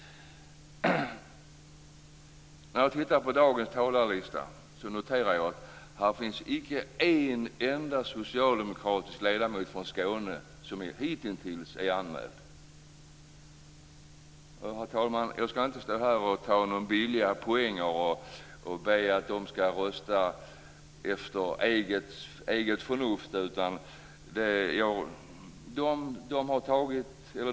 När jag tittar på dagens talarlista noterar jag att inte en enda socialdemokratisk ledamot från Skåne hittills är anmäld. Herr talman! Jag skall inte ta några billiga poäng och be att de skall rösta efter eget förnuft.